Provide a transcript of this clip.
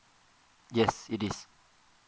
yes it is